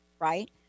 right